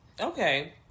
okay